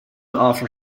offer